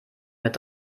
mit